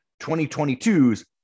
2022's